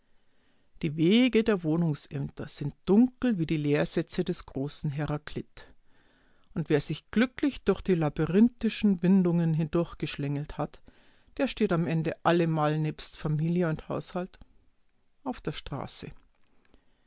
die wege der wohnungsämter sind dunkel wie die lehrsätze des großen heraklit und wer sich glücklich durch die labyrinthischen windungen hindurchgeschlängelt hat der steht am ende allemal nebst familie und haushalt auf der straße